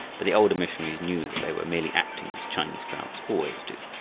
but the older missionaries knew that they were merely acting as chinese crowds always do.